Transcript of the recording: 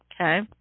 Okay